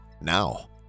now